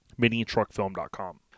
Minitruckfilm.com